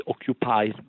occupies